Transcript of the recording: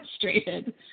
frustrated